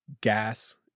gas